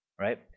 right